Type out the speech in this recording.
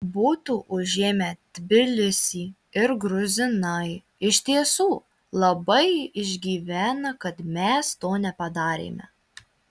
būtų užėmę tbilisį ir gruzinai iš tiesų labai išgyvena kad mes to nepadarėme